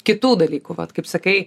kitų dalykų vat kaip sakai